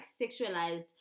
sexualized